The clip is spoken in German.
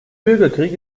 bürgerkrieg